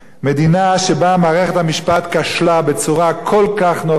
מדינה שבה מערכת המשפט כשלה בצורה כל כך נוראה,